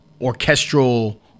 orchestral